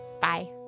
Bye